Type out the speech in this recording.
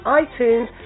iTunes